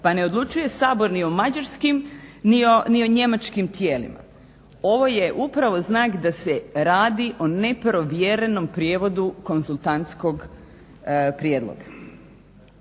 Pa ne odlučuje Sabor ni o Mađarskim, ni o Njemačkim tijelima. Ovo je upravo znak da se radi o neprovjerenom prijevodu konzultantskog prijedloga.